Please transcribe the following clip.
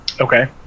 Okay